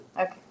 Okay